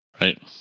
right